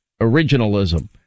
originalism